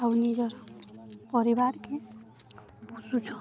ଆଉ ନିଜର ପରିବାରକେ ପୋଷୁଛନ୍